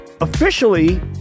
officially